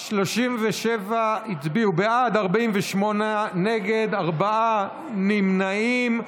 37 הצביעו בעד, 48 נגד, ארבעה נמנעים.